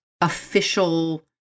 official